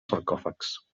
sarcòfags